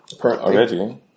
already